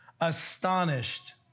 astonished